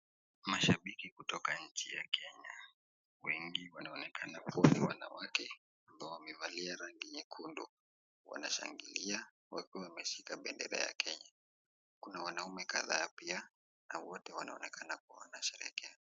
Mashabiki kuytoka nchi ya Kenye wengi wanaonekana wanawake na wamevalia rangi nyekundu wanashangilia wakiwa wameshika bendera ya kenya wanaumekadhaa pia na waote wanaonekana wanasherehekea.